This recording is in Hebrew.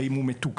האם הוא מתוקצב?